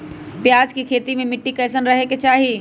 प्याज के खेती मे मिट्टी कैसन रहे के चाही?